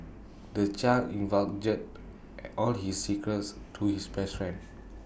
the child divulged all his secrets to his best friend